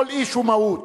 כל איש הוא מהות,